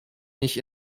mich